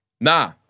Nah